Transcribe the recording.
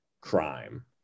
crime